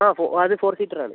ആ ഫോ അത് ഫോർ സീറ്റർ ആണ്